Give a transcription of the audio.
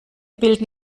bilden